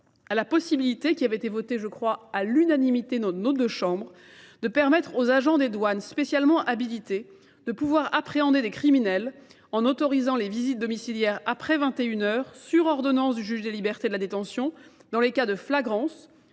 à la possibilité qui avait été votée je crois à l'unanimité nos deux chambres de permettre aux agents des douanes spécialement habilité de pouvoir appréhender des criminels en autorisant les visites domicilières après 21h sur ordonnance du juge des libertés de la détention dans les cas de flagrance